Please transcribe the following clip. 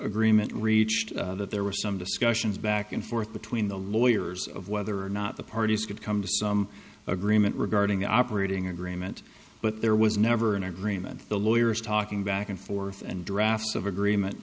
agreement reached that there were some discussions back and forth between the lawyers of whether or not the parties could come to some agreement regarding operating agreement but there was never an agreement the lawyers talking back and forth and drafts of agreement